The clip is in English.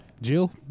Jill